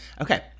Okay